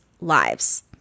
lives